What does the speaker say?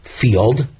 field